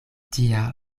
tia